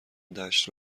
دشت